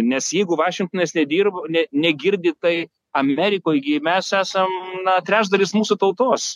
nes jeigu vašingtonas nedirbo ne negirdi tai amerikoj gi mes esam na trečdalis mūsų tautos